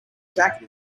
jacket